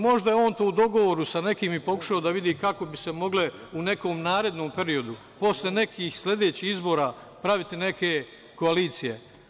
Možda je on to u dogovoru sa nekim i pokušao da vidi kako bi se mogle u nekom narednom periodu, posle nekih sledećih izbora, praviti neke koalicije.